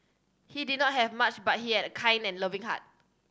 he did not have much but he had a kind and loving heart